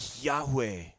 Yahweh